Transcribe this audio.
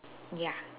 ya